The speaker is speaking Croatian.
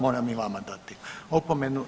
Moram i vama dati opomenu.